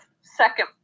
second